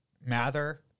Mather